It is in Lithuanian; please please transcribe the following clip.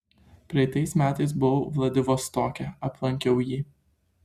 praėjusiais metais buvau vladivostoke aplankiau jį